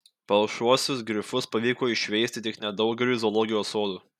palšuosius grifus pavyko išveisti tik nedaugeliui zoologijos sodų